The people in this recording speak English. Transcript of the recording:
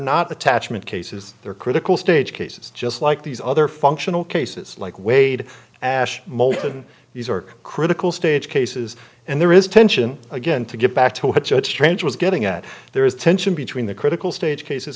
not attachment cases they're critical stage cases just like these other functional cases like wade ash multan these are critical stage cases and there is tension again to get back to what you had strange was getting at there is tension between the critical stage cases